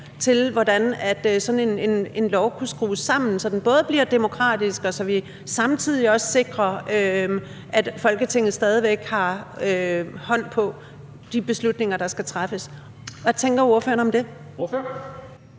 til, hvordan sådan en lov kunne skrues sammen, så den både bliver demokratisk og vi samtidig også sikrer, at Folketinget stadig væk har en hånd på de beslutninger, der skal træffes. Hvad tænker ordføreren om det? Kl.